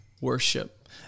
worship